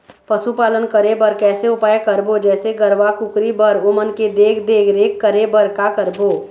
पशुपालन करें बर कैसे उपाय करबो, जैसे गरवा, कुकरी बर ओमन के देख देख रेख करें बर का करबो?